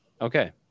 Okay